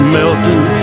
melting